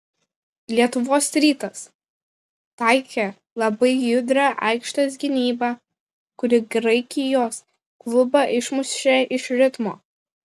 lietuvos rytas taikė labai judrią aikštės gynybą kuri graikijos klubą išmušė iš ritmo